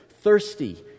thirsty